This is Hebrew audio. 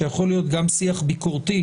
שיכול להיות גם שיח ביקורתי,